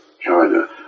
China